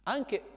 Anche